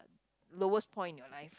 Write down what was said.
lowest point in your life